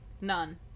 None